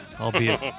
Albeit